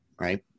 right